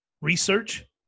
research